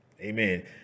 amen